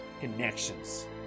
connections